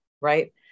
right